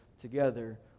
together